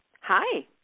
Hi